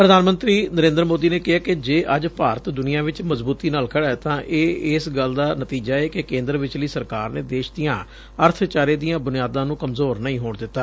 ਪ੍ਧਾਨ ਮੰਤਰੀ ਨਰੇਂਦਰ ਮੋਦੀ ਨੇ ਕਿਹੈ ਕਿ ਜੇ ਅੱਜ ਭਾਰਤ ਦੁਨੀਆਂ ਵਿਚ ਮਜ਼ਬੂਤੀ ਨਾਲ ਖੜ੍ਹਾ ਤਾਂ ਇਹ ਇਸ ਗੱਲ ਦਾ ਨਤੀਜਾ ਏ ਕਿ ਕੇ ਦਰ ਵਿਚਲੀ ਸਰਕਾਰ ਨੇ ਦੇਸ਼ ਦੀਆਂ ਅਰਥਚਾਰੇ ਦੀਆਂ ਬੁਨਿਆਦਾਂ ਨੂੰ ਕਮਜੋਰ ਨਹੀਂ ਹੋਣ ਦਿੱਤਾ